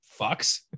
fucks